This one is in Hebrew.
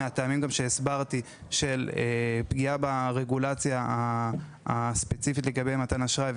גם מהטעמים של פגיעה ברגולציה הספציפית לגבי מתן אשראי,